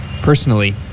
Personally